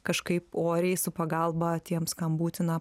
kažkaip oriai su pagalba tiems kam būtina